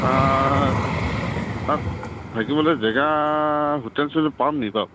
তাত তাত থাকিবলে জেগা হোটেল চোটেল পাম নি বাৰু